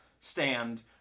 stand